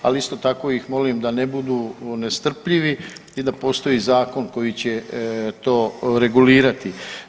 Ali isto tako ih molim da ne budu nestrpljivi i da postoji zakon koji će to regulirati.